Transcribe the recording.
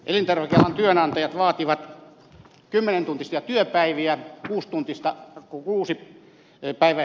elintarvikealan työnantajat vaativat kymmenentuntisia työpäiviä kuusipäiväistä työviikkoa